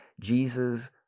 Jesus